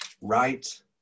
right